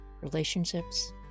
relationships